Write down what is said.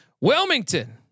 Wilmington